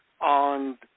on